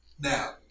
Now